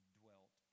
dwelt